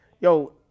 yo